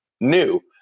new